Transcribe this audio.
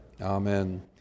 amen